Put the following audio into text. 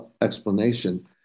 explanation